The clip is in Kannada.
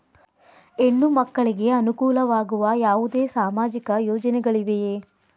ಹೆಣ್ಣು ಮಕ್ಕಳಿಗೆ ಅನುಕೂಲವಾಗುವ ಯಾವುದೇ ಸಾಮಾಜಿಕ ಯೋಜನೆಗಳಿವೆಯೇ?